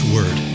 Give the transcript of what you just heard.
Word